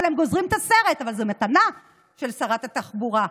אבל הם גוזרים את הסרט, זו מתנה של שרת התחבורה.